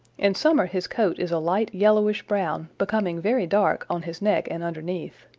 in summer his coat is a light yellowish-brown, becoming very dark on his neck and underneath.